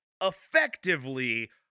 effectively